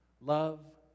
Love